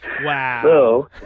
Wow